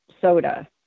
soda